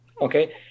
Okay